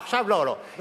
עכשיו, לא, לא.